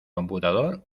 computador